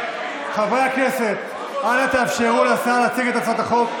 חברי הכנסת, אנא, תאפשרו לשר להציג את הצעת החוק.